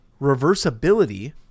reversibility